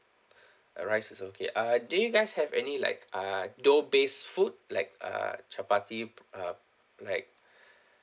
uh rice is okay uh do you guys have any like uh dough based food like uh chapati uh like